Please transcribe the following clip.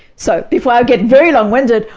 so, before i get very long-winded,